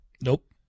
Nope